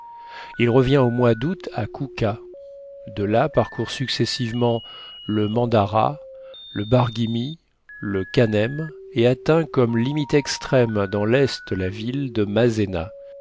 il revient au mois d'août à kouka de là parcourt successivement le mandara le barghimi le kanem et atteint comme limite extrême dans l'est la ville de masena